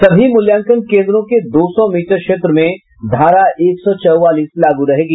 सभी मूल्यांकन केन्द्रों के दो सौ मीटर क्षेत्रों में धारा एक सौ चौवालीस लागू रहेगी